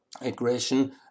aggression